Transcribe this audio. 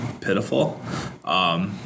pitiful